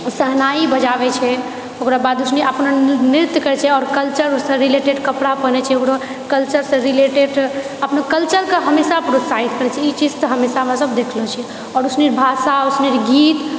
शहनाई बजाबै छै ओकरा बाद ओ सुनि अपना नृत्य करैत छै आओर कल्चरसँ रिलेटेड कपड़ा पहिनै छै ओकरो कल्चरसँ रिलेटेड अपनो कल्चरके हमेशा प्रोत्साहित करैत छै ई चीज तऽ हमेशा हमसब देखलो छियै आओर उसमे भाषा उसमे भी गीत